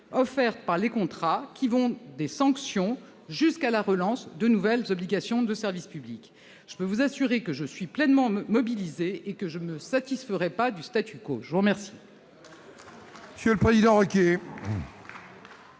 offertes par les contrats, qui vont des sanctions jusqu'à la relance de nouvelles obligations de service public. Je puis vous assurer que je suis pleinement mobilisée et que je ne me satisferai pas du. La parole est à M.